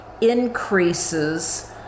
increases